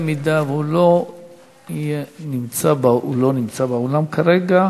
אם הוא לא יהיה, הוא לא נמצא באולם כרגע,